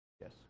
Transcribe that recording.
Yes